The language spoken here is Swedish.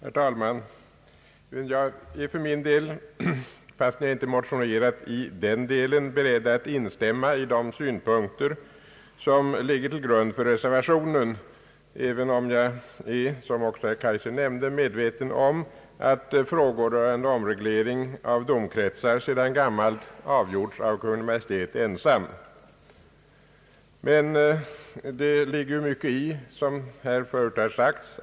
Herr talman! Jag är för min del, fast jag inte motionerat om det avsnittet, beredd att instämma i de synpunkter som ligger till grund för reservationen, även om jag liksom herr Kaijser, är medveten om att frågor rörande omreglering av domkretsar sedan gammalt avgjorts av Kungl. Maj:t ensam. Det ligger dock mycket i vad här förut sagts.